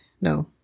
no